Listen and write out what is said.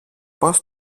πώς